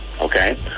okay